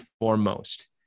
foremost